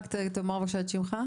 רק תאמר את שמך בבקשה.